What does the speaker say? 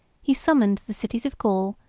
he summoned the cities of gaul,